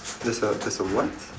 there's a there's a what